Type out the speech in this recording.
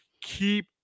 Keep